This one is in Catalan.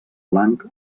blanc